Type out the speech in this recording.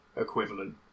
equivalent